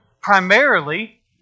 primarily